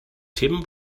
tim